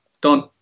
Done